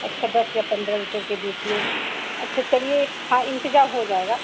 अच्छा दस या पंद्रह लीटर के बीच में अच्छा चलिए हाँ इंतज़ाम हो जाएगा